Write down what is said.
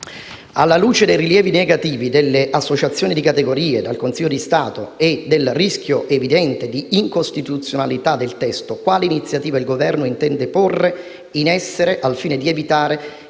alla luce dei rilievi negativi delle associazioni di categoria, del Consiglio di Stato e del rischio evidente di incostituzionalità del testo, quali iniziative il Governo intende porre in essere al fine di evitare